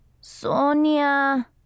Sonia